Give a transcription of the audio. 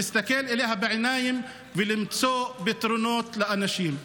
להסתכל עליה בעיניים ולמצוא פתרונות לאנשים.